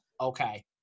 okay